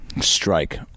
strike